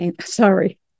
sorry